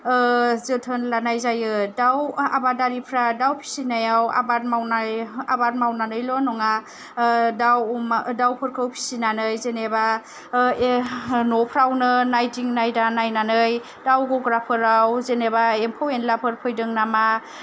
जोथोन लानाय जायो दाउ आबादारिफ्रा दाउ फिसिनायाव आबाद मावनानैल' नङा दाउ अमा दाउफोरखौ फिसिनानै जेनेबा न'फ्रावनो नायदिं नायदा नायनानै दाउ गग्राफोराव जेनेबा एमफौ एनलाफोर फैदों नामा